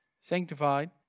sanctified